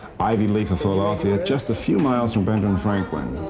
ivy leaf of philadelphia, just a few miles from benjamin franklin.